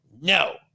no